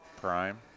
Prime